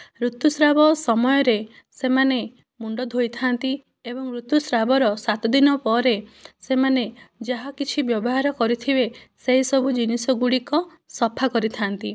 ଋତୁସ୍ରାବ ସମୟରେ ସେମାନେ ମୁଣ୍ଡ ଧୋଇଥାନ୍ତି ଏବଂ ଋତୁସ୍ରାବର ସାତ ଦିନ ପରେ ସେମାନେ ଯାହା କିଛି ବ୍ୟବହାର କରିଥିବେ ସେହି ସବୁ ଜିନିଷ ଗୁଡିକ ସଫା କରିଥାନ୍ତି